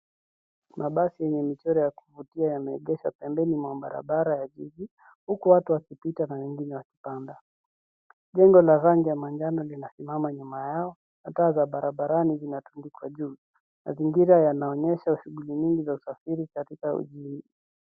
Mabasi yenye michoro ya kuvutia yameegeshwa pembeni mwa barabara ya jiji huku watu wakipita na wengine wakipanda. Jengo la rangi ya manjano linasimama nyuma yao na taa za barabarani zinatundikwa juu. Mazingira yanaonyesha shughuli nyingi za kusafiri katika mjini.